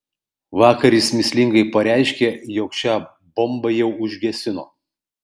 vakar jis mįslingai pareiškė jog šią bombą jau užgesino